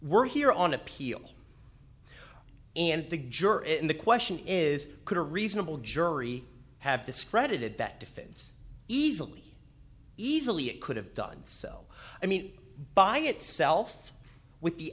were here on appeal and the juror and the question is could a reasonable jury have discredited that defense easily easily it could have done so i mean by itself with the